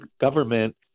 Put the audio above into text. government